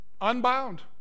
unbound